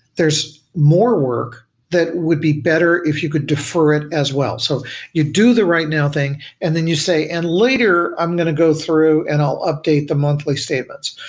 there's more work that would be better if you could defer it as well. so you do the right now thing and then you say, and later, i'm going to go through and i'll update the monthly statements,